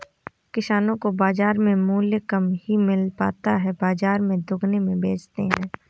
किसानो को बाजार में मूल्य कम ही मिल पाता है बाजार वाले दुगुने में बेचते है